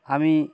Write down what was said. আমি